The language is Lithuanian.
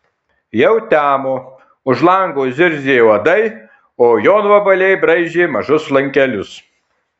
jau temo už lango zirzė uodai o jonvabaliai braižė mažus lankelius